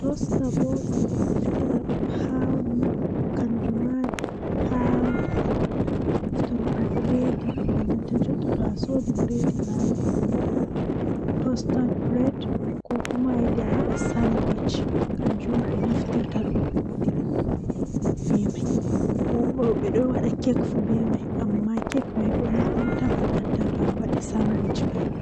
Eh ndikkima ,I daana be law nden mi fina bo be law, Dalila bo ko wadi ngam tomi yahan kuugal mifina be law mi dilla kuugal am egaa law nden tomi tomi warti mi somi mi lora mi waal mi daana be law.